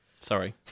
Sorry